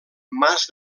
mas